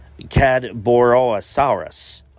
Cadborosaurus